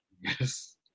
Yes